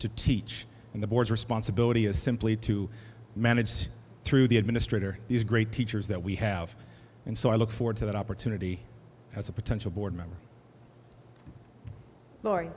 to teach in the boards responsibility is simply to manage through the administrator these great teachers that we have and so i look forward to that opportunity as a potential board member